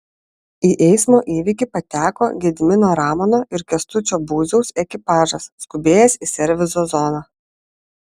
į eismo įvykį pateko gedimino ramono ir kęstučio būziaus ekipažas skubėjęs į serviso zoną